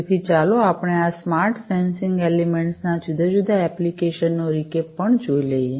તેથી ચાલો આપણે આ સ્માર્ટ સેન્સિંગ એલિમેન્ટ્સ ના જુદા જુદા એપ્લીકેશન નો રિકેપ પણ જોઇ લઈએ